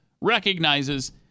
recognizes